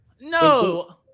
No